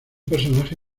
personaje